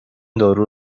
دارو